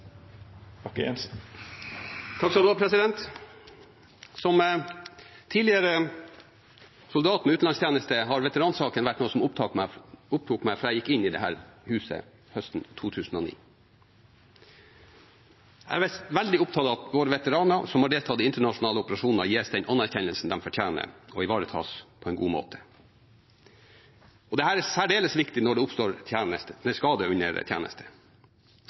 Som tidligere soldat med utenlandstjeneste har jeg vært opptatt av veteransaken fra jeg gikk inn i dette huset, høsten 2009. Jeg er veldig opptatt av at våre veteraner som har deltatt i internasjonale operasjoner, gis den anerkjennelsen de fortjener, og ivaretas på en god måte. Dette er særdeles viktig når det oppstår skade under tjeneste. Gjennom de siste årene har vi etablert gode økonomiske ytelser til de veteranene som blir skadet under